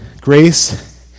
grace